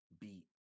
beat